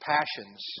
passions